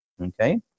Okay